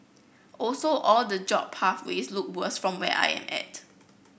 also all the job pathways look worse from where I am at